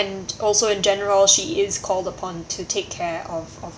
and also in general she is called upon to take care of of